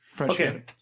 Okay